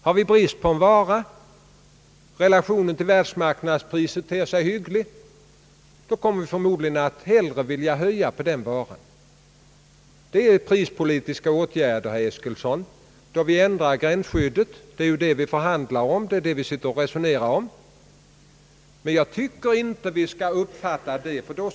Har vi brist på en vara och relationen till världsmarknadspriset ter sig hygglig, kommer vi förmodligen att hellre vilja höja priset på den varan. Det är prispolitiska åtgärder då vi ändrar gränsskyddet, herr Eskilsson. Det är detta vi förhand lar om. Men jag tycker inte att vi skall uppfatta det som tvång.